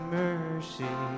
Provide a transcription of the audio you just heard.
mercy